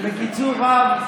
בקיצור רב,